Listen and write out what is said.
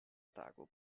tago